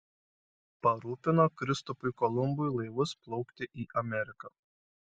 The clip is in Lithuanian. parūpino kristupui kolumbui laivus plaukti į ameriką